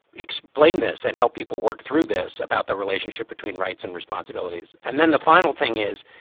explain this and help people work through this about the relationship between rights and responsibilities. and then the final thing is,